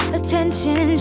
attention